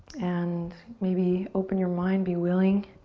and maybe, open your mind. be willing